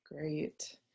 Great